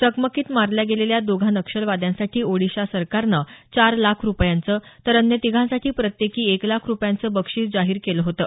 चकमकीत मारल्या गेलेल्या दोघा नक्षलवाद्यांसाठी ओडिशा सरकारनं चार लाख रुपयांचं तर अन्य तिघांसाठी प्रत्येकी एक लाख रुपयांचं बक्षीस जाहीर केलं होतं